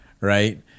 right